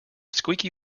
squeaky